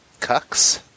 cucks